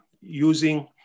using